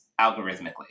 algorithmically